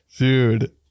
Dude